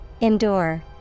Endure